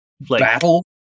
battle